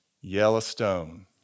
Yellowstone